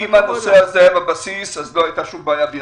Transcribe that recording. הנושא הזה היה בבסיס, לא הייתה שום בעיה.